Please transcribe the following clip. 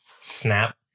snap